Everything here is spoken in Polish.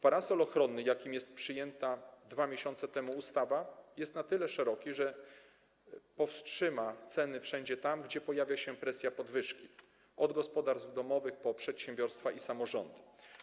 Parasol ochronny, jakim jest przyjęta 2 miesiące temu ustawa, jest na tyle szeroki, że powstrzyma ceny wszędzie tam, gdzie pojawia się presja na rzecz podwyżki, od gospodarstw domowych, po przedsiębiorstwa i samorządy.